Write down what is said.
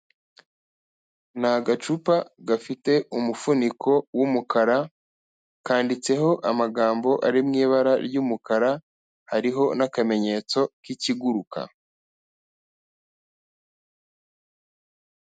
Ni agacupa gafite umufuniko w'umukara kanditseho amagambo ari mu ibara ry'umukara, hariho n'akamenyetso k'ikiguruka.